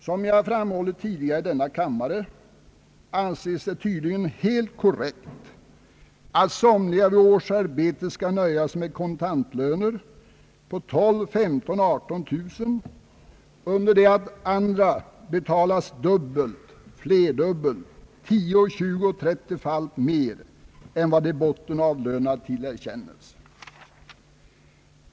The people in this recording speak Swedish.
Som jag framhållit tidigare i denna kammare anses det tydligen helt korrekt att somliga vid årsarbete skall nöja sig med kontantlöner på 12 000, 15 000 och 18 000 kronor under det att andra betalas dubbelt, flerdubbelt, tio, tjugooch trettiofalt mer än vad de bottenavlönade tillerkännes.